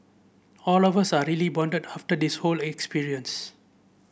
all of us are really bonded after this whole experience